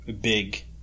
big